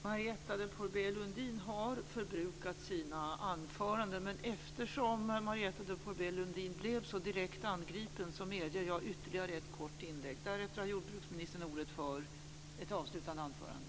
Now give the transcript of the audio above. Marietta de Pourbaix-Lundin har förbrukat sin rätt till anförande, men eftersom Marietta de Pourbaix Lundin blev så direkt angripen medger jag ytterligare ett kort inlägg. Därefter har jordbruksministern ordet för ett avslutande anförande.